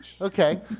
Okay